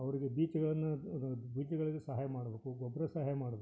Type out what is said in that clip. ಅವರಿಗೆ ಬೀಜ್ಗಳನ್ನ ಬೀಜಗಳಿಗೆ ಸಹಾಯ ಮಾಡ್ಬೇಕು ಗೊಬ್ಬರ ಸಹಾಯ ಮಾಡ್ಬೇಕು